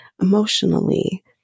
emotionally